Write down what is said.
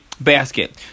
Basket